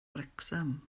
wrecsam